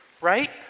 right